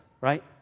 right